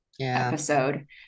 episode